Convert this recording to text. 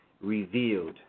Revealed